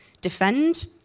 defend